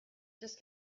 just